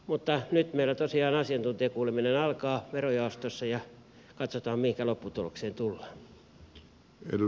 mutta nyt meillä tosiaan asiantuntijakuuleminen alkaa verojaostossa ja katsotaan mihinkä lopputulokseen tullaan